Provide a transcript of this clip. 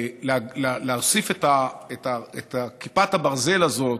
להוסיף את כיפת הברזל הזאת,